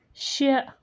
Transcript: شیٚے